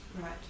Right